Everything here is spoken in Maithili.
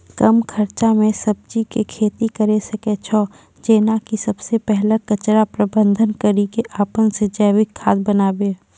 कम खर्च मे सब्जी के खेती करै सकै छौ जेना कि सबसे पहिले कचरा प्रबंधन कड़ी के अपन से जैविक खाद बनाबे?